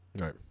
right